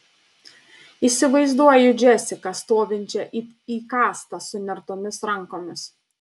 įsivaizduoju džesiką stovinčią it įkastą sunertomis rankomis